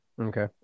Okay